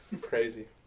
Crazy